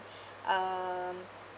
um